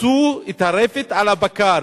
הרסו את הרפת על הבקר.